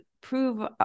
prove